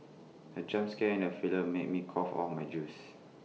the jump scare in the film made me cough out my juice